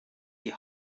die